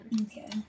Okay